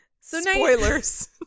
Spoilers